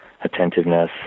attentiveness